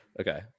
okay